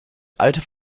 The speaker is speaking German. alte